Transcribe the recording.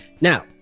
now